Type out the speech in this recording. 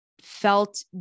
felt